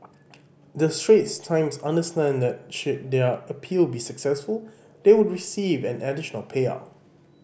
the Straits Times understand that should their appeal be successful they would receive an additional payout